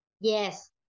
Yes